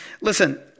Listen